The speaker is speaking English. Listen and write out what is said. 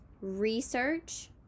research